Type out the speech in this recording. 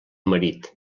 marit